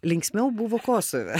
linksmiau buvo kosove